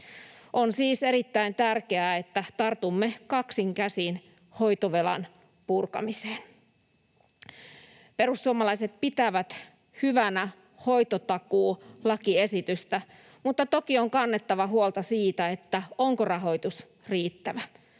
On siis erittäin tärkeää, että tartumme kaksin käsin hoitovelan purkamiseen. Perussuomalaiset pitävät hyvänä hoitotakuulakiesitystä, mutta toki on kannettava huolta siitä, onko rahoitus riittävä.